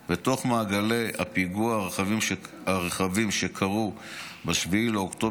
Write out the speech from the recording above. בתוך מעגלי הפגיעה הרחבים שקרו ב-7 באוקטובר